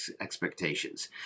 expectations